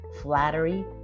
flattery